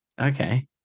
Okay